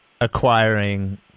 acquiring